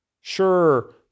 Sure